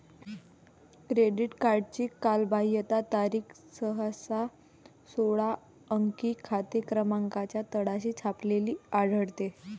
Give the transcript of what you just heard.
credit कार्डची कालबाह्यता तारीख सहसा सोळा अंकी खाते क्रमांकाच्या तळाशी छापलेली आढळते